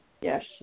Yes